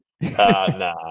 nah